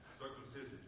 Circumcision